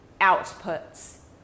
outputs